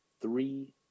three